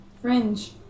Fringe